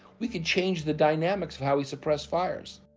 we could change the dynamics of how we suppress fires.